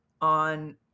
on